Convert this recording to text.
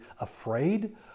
afraid